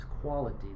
quality